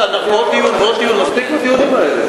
עוד דיון ועוד דיון, מספיק עם הדיונים האלה.